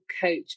coach